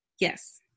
yes